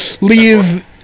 leave